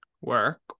Work